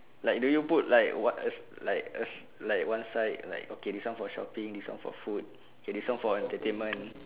like do you put like what else like us like one side like okay this one for shopping this one for food okay this one for entertainment